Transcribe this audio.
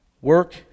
Work